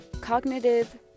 Cognitive